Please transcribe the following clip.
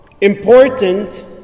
important